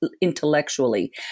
intellectually